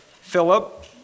Philip